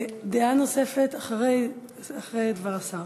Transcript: דעה נוספת אחרי דבר השר.